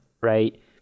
right